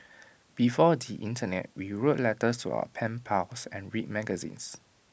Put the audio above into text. before the Internet we wrote letters to our pen pals and read magazines